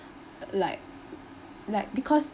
uh like like because